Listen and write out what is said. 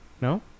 No